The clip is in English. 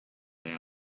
they